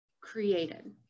created